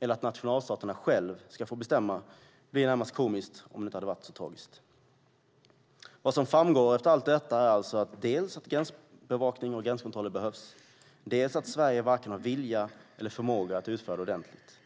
eller att nationalstaterna själva ska få bestämma blir närmast komiskt om det inte hade varit så tragiskt. Vad som framgår efter allt detta är alltså dels att gränsbevakning och gränskontroller behövs, dels att Sverige inte har vare sig vilja eller förmåga att utföra det ordentligt.